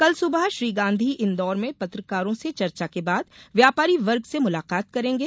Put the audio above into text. कल सुबह श्री गांधी इंदौर में पत्रकारों से चर्चा के बाद व्यापारी वर्ग से मुलाकात करेंगे